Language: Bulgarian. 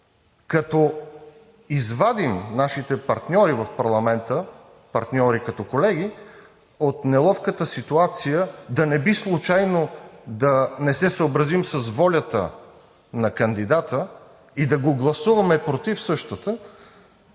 като извадим нашите партньори в парламента – партньори като колеги, от неловката ситуация да не би случайно да не се съобразим с волята на кандидата и да гласуваме „против“ същата.